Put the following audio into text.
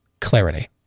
Clarity